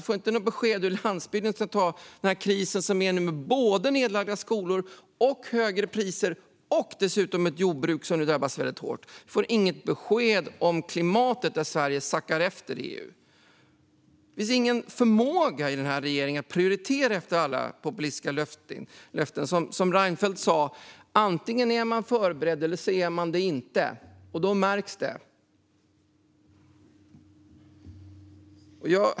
Vi får inga besked om hur landsbygden ska klara krisen med såväl nedlagda skolor som högre priser och ett jordbruk som drabbas hårt. Vi får inga besked om klimatet, där Sverige sackar efter i EU. Det finns ingen förmåga i den här regeringen att prioritera efter alla populistiska löften. Som Reinfeldt sa: Antingen är man förberedd, eller så är man det inte. Och då märks det.